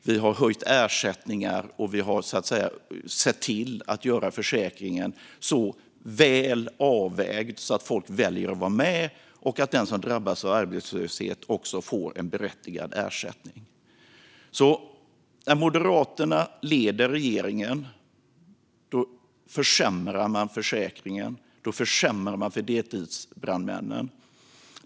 Vi har höjt ersättningar, och vi har sett till att göra försäkringen så väl avvägd att folk väljer att vara med och så att den som drabbas av arbetslöshet får en berättigad ersättning. När Moderaterna leder regeringen försämrar man alltså försäkringen och försämrar för deltidsbrandmännen.